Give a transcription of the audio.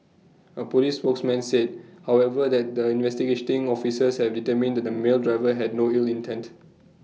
A Police spokesman said however that the investigating officers have determined that the male driver had no ill intent